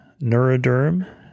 Neuroderm